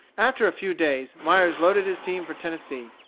after a few days, myers loaded his team for tennessee,